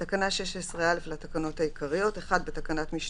תיקון תקנה 16א 4. בתקנה 16א לתקנות העיקריות,